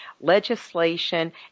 legislation